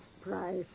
price